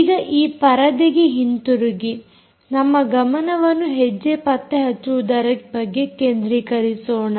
ಈಗ ಈ ಪರದೆಗೆ ಹಿಂದಿರುಗಿ ನಮ್ಮ ಗಮನವನ್ನು ಹೆಜ್ಜೆ ಪತ್ತೆಹಚ್ಚುವುದರ ಬಗ್ಗೆ ಕೇಂದ್ರೀಕರಿಸೋಣ